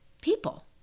people